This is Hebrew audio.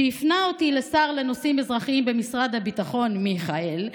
שהפנה אותי לשר לנושאים אזרחיים במשרד הביטחון מיכאל,